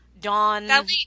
Dawn